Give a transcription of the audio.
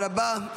תודה רבה.